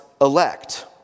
elect